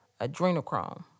adrenochrome